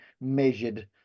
measured